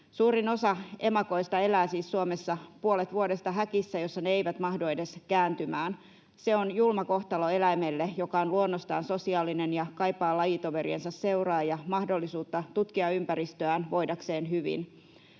Suurin osa emakoista elää siis Suomessa puolet vuodesta häkissä, jossa ne eivät mahdu edes kääntymään. Se on julma kohtalo eläimelle, joka on luonnostaan sosiaalinen ja kaipaa lajitoveriensa seuraa ja mahdollisuutta tutkia ympäristöään voidakseen hyvin.